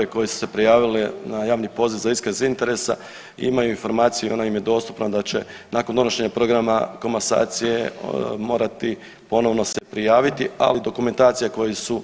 JLS koje su se prijavile na javni poziv za iskaz interesa imaju informaciju i ona im je dostupna da će nakon donošenja programa komasacije morati ponovno se prijaviti, ali dokumentacija koju su